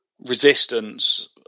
Resistance